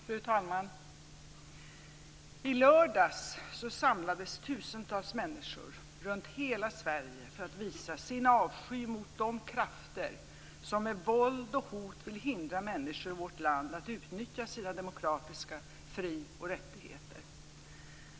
Fru talman! I lördags samlades tusentals människor runt hela Sverige för att visa sin avsky mot de krafter som med våld och hot vill hindra människor i vårt land från att utnyttja sina demokratiska fri och rättigheter.